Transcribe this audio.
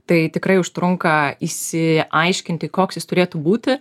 tai tikrai užtrunka išsiaiškinti koks jis turėtų būti